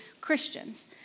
Christians